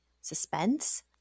suspense